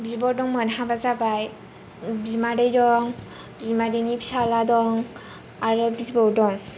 बिब' दंमोन हाबा जाबाय बिमादै दं बिमादैनि फिसाला दं आरो बिबौ दं